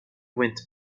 went